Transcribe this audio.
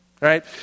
right